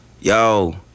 Yo